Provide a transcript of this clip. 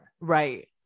right